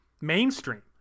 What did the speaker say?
mainstream